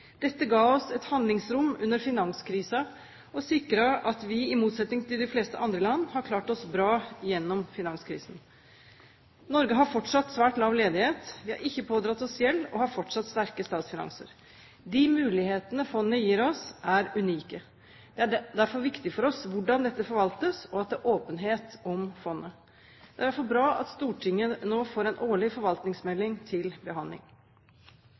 Dette ga oss et handlingsrom under finanskrisen og sikret at vi, i motsetning til de fleste andre land, har klart oss bra gjennom finanskrisen. Norge har fortsatt svært lav ledighet. Vi har ikke pådratt oss gjeld, og har fortsatt sterke statsfinanser. De mulighetene fondet gir oss, er unike. Det er derfor viktig for oss hvordan dette forvaltes, og at det er åpenhet om fondet. Det er derfor bra at Stortinget nå får en årlig forvaltningsmelding til behandling.